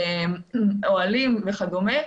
אוהלים וכדומה.